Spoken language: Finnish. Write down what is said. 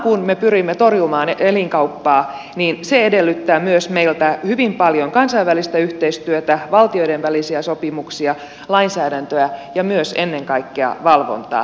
kun me pyrimme torjumaan elinkauppaa niin se edellyttää meiltä myös hyvin paljon kansainvälistä yhteistyötä valtioiden välisiä sopimuksia lainsäädäntöä ja ennen kaikkea valvontaa